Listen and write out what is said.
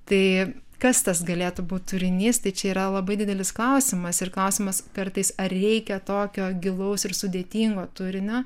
tai kas tas galėtų būt turinys tai čia yra labai didelis klausimas ir klausimas kartais ar reikia tokio gilaus ir sudėtingo turinio